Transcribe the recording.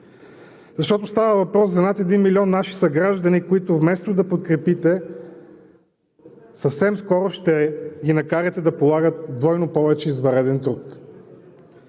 Защото става въпрос за над 1 000 000 наши съграждани, които вместо да подкрепите, съвсем скоро ще накарате да полагат двойно повече извънреден труд.